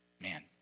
Man